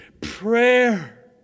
prayer